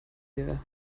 wir